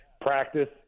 practice